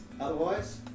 otherwise